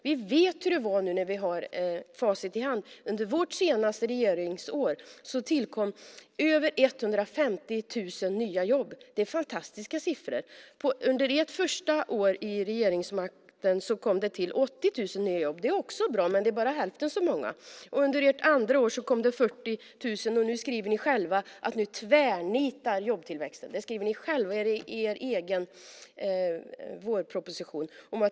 Vi vet hur det var nu när vi har facit i hand. Under vårt senaste regeringsår tillkom över 150 000 nya jobb. Det är fantastiska siffror. Under ert första år vid regeringsmakten kom det till 80 000 nya jobb. Det är också bra, men det är bara hälften så många. Under ert andra år kom det 40 000, och nu skriver ni själva att jobbtillväxten tvärnitar. Det skriver ni själva i er vårproposition.